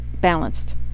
balanced